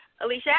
Alicia